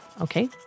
Okay